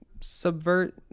subvert